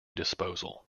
disposal